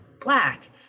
black